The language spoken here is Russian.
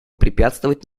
препятствовать